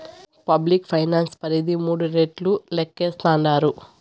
public finance పరిధి మూడు రెట్లు లేక్కేస్తాండారు